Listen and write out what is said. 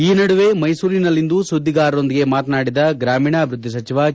ಈ ನಡುವೆ ಮೈಸೂರಿನಲ್ಲಿಂದು ಸುದ್ಲಿಗಾರರೊಂದಿಗೆ ಮಾತನಾಡಿದ ಗ್ರಾಮೀಣಾಭಿವೃದ್ಲಿ ಸಚಿವ ಕೆ